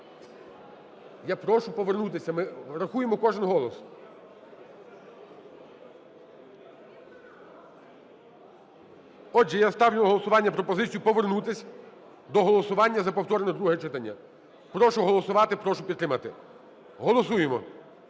Я прошу повернутися, ми врахуємо кожен голос. Отже, я ставлю на голосування пропозицію повернутись до голосування за повторне друге читання. Прошу голосувати. Прошу підтримати. Голосуємо.